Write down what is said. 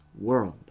world